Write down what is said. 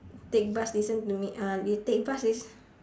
take bus listen to me uh you take bus listen